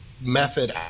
method